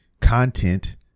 content